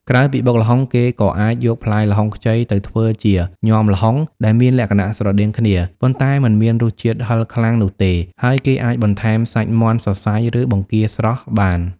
ក្រៅពីបុកល្ហុង គេក៏អាចយកផ្លែល្ហុងខ្ចីទៅធ្វើជា ញាំល្ហុង ដែលមានលក្ខណៈស្រដៀងគ្នា ប៉ុន្តែមិនមានរសជាតិហឹរខ្លាំងនោះទេ ហើយគេអាចបន្ថែមសាច់មាន់សរសៃ ឬបង្គារស្រស់បាន។